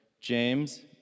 James